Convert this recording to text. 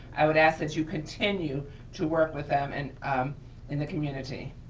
i would ask that you continue to work with them and in the community.